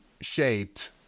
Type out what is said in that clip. shaped